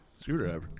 Screwdriver